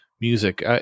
music